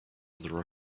another